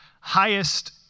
highest